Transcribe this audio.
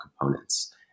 components